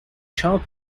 child